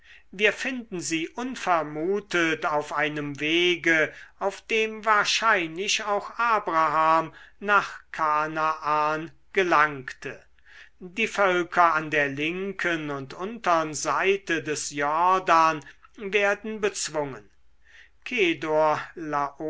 wir finden sie unvermutet auf einem wege auf dem wahrscheinlich auch abraham nach kanaan gelangte die völker an der linken und untern seite des jordan werden bezwungen kedor